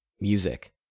music